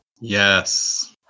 Yes